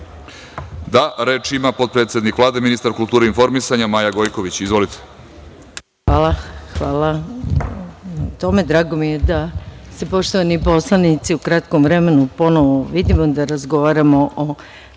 reč? Reč ima potpredsednik Vlade ministar kulture i informisanja Maja Gojković. Izvolite. **Maja Gojković** Hvala vam. Drago mi je da se poštovani poslanici u kratkom vreme ponovo vidimo, da razgovaramo o